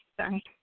sorry